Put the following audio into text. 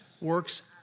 Works